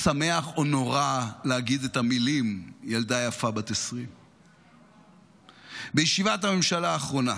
שמח או נורא להגיד את המילים "ילדה יפה בת 20". בישיבת הממשלה האחרונה